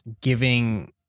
giving